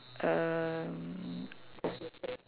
um